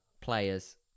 Players